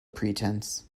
pretence